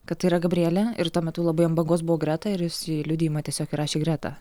kad tai yra gabrielė ir tuo metu labai ant bangos buvo greta ir jis į liudijimą tiesiog įrašė greta